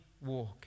walk